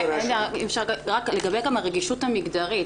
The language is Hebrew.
לגבי גם הרגישות המגדרית,